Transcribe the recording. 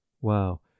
Wow